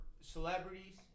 celebrities